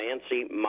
fancy